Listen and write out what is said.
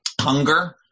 hunger